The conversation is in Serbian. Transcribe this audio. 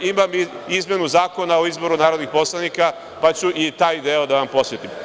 Imam izmenu Zakona o izboru narodnih poslanika, pa ću i taj deo da vam posvetim.